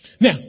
Now